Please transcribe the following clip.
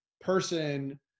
person